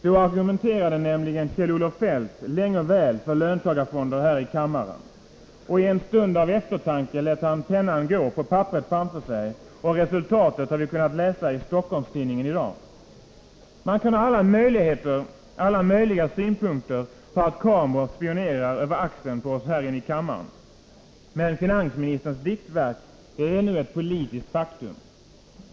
Då argumenterade nämligen Kjell-Olof Feldt länge och väl för löntagarfonder här i kammaren. I en stund av eftertanke lät han pennan gå på papperet framför sig, och resultatet har vi kunnat läsa i Stockholms-Tidningen i dag. Man kan ha alla möjliga synpunkter på att kameror spionerar över axeln på oss här inne i kammaren, men finansministerns diktverk är nu ett politiskt faktum.